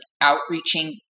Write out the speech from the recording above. outreaching